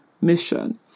mission